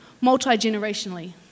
multi-generationally